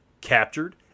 captured